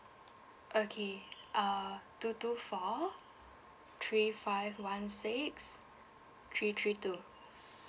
okay uh two two four three five one six three three two